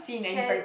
chall~